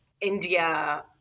India